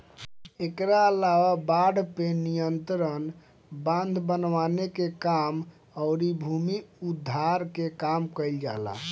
एकरा अलावा बाढ़ पे नियंत्रण, बांध बनावे के काम अउरी भूमि उद्धार के काम कईल जाला